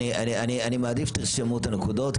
אני מעדיף שתרשמו את הנקודות,